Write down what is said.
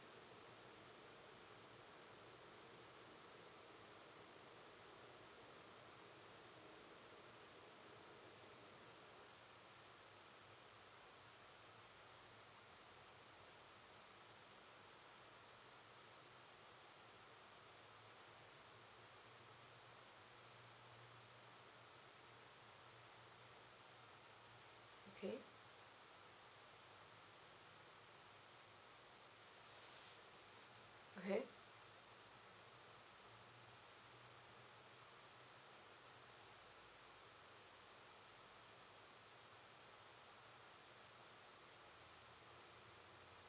okay okay